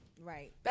Right